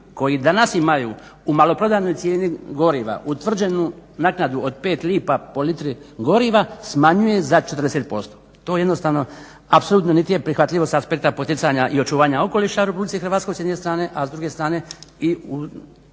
koji danas imaju u maloprodajnoj cijeni goriva utvrđenu naknadu od 5 lipa po litri goriva smanjuje za 40%. To jednostavno apsolutno niti je prihvatljivo sa aspekta poticanja i očuvanja okoliša u RH s jedne strane, a s druge strane i u